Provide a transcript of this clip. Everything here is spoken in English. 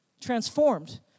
transformed